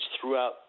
throughout